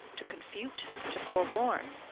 to confute, to forewarn,